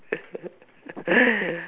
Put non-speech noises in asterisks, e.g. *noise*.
*laughs*